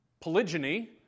polygyny